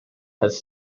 has